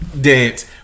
dance